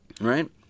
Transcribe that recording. Right